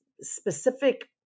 specific